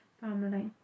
family